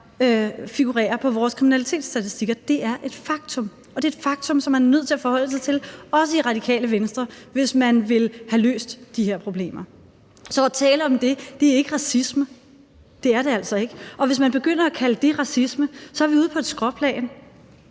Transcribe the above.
grad figurerer i vores kriminalitetsstatistikker. Det er et faktum, og det er et faktum, som man er nødt til at forholde sig til, også i Radikale Venstre, hvis man vil have løst de her problemer. Så at tale om det er ikke racisme – det er det altså ikke. Og hvis man begynder at kalde det racisme, er vi ude på et skråplan,